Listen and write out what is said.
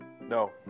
No